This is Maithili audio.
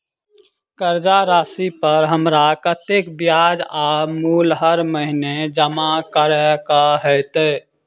कर्जा राशि पर हमरा कत्तेक ब्याज आ मूल हर महीने जमा करऽ कऽ हेतै?